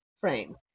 frame